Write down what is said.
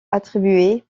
attribué